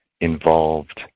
involved